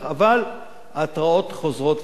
אבל ההתרעות חוזרות ונשנות.